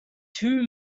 two